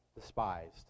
despised